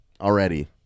already